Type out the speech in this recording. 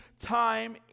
time